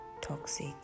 toxic